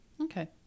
Okay